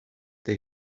they